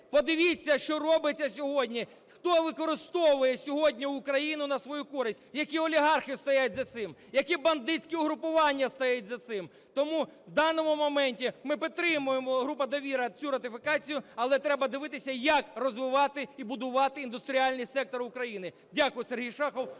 Подивіться, що робиться сьогодні, хто використовує сьогодні Україну на свою користь, які олігархи стоять за цим, які бандитські угрупування стоять за цим! Тому в даному моменті ми підтримуємо, група "Довіра", цю ратифікацію. Але треба дивитися, як розвивати і будувати індустріальний сектор України. Дякую. Сергій Шахов,